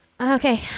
Okay